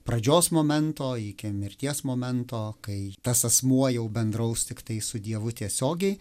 pradžios momento iki mirties momento kai tas asmuo jau bendraus tiktai su dievu tiesiogiai